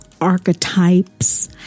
archetypes